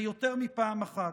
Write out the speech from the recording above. ויותר מפעם אחת.